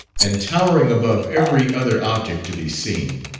and towering above every other object to be seen,